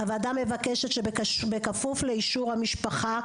הוועדה מבקשת שבכפוף לאישור המשפחה,